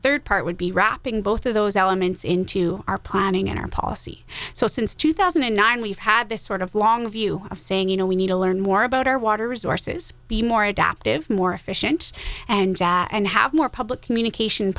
third part would be wrapping both of those elements into our planning and our policy so since two thousand and nine we've had this sort of long view of saying you know we need to learn more about our water resources be more adaptive more efficient and and have more public communication